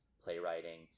playwriting